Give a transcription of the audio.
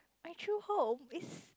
my true home is